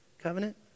covenant